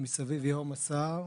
מסביב יהום הסער.